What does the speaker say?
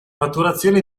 fatturazione